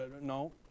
no